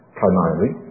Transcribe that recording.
primarily